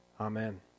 Amen